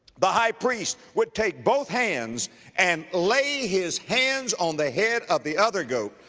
the high priest, would take both hands and lay his hands on the head of the other goat,